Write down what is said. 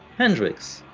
hendrix,